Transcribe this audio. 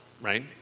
right